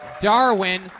Darwin